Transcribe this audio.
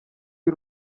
y’u